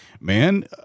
Man